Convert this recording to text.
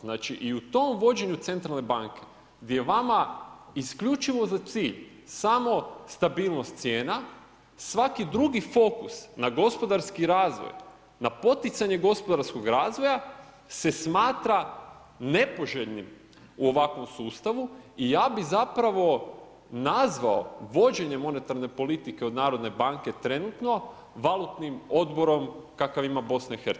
Znači i u tom vođenju centralne banke gdje vama isključivo za cilj samo stabilnost cijena svaki drugi fokus na gospodarski razvoj, na poticanje gospodarskog razvoja se smatra nepoželjnim u ovakvom sustavu i ja bih zapravo nazvao vođenje monetarne politike od Narodne banke trenutno valutnim odborom kakav ima Bosna i Hercegovina.